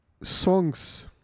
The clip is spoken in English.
songs